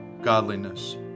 godliness